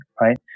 right